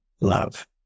love